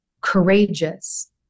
courageous